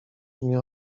mnie